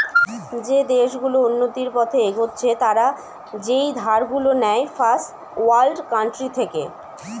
যে দেশ গুলো উন্নতির পথে এগচ্ছে তারা যেই ধার গুলো নেয় ফার্স্ট ওয়ার্ল্ড কান্ট্রি থেকে